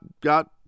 got